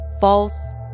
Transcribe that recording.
False